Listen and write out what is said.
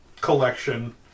collection